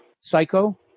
Psycho